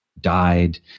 died